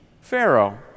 Pharaoh